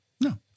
no